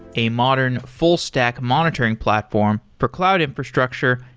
a modern full stack monitoring platform for cloud infrastructure,